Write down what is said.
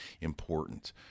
important